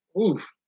oof